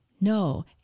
no